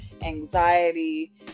anxiety